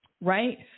right